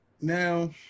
Now